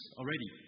already